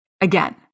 again